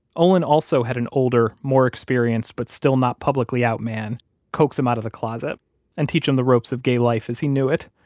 olin also had an older, more experienced, but still not publicly out man coax him out of the closet and teach him the ropes of gay life as he knew it.